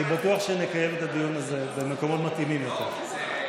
אני בטוח שנקיים את הדיון הזה במקומות מתאימים יותר.